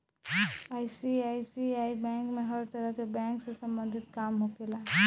ICICI bank में हर तरह के बैंक से सम्बंधित काम होखेला